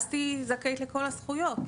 ואז תהיי זכאית לכל הזכויות?